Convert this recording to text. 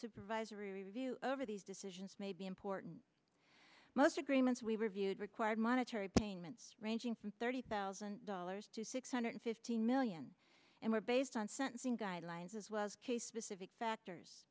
supervisory review over these decisions may be important most agreements we reviewed required monetary payments ranging from thirty thousand dollars to six hundred fifty million and were based on sentencing guidelines as well as case specific factors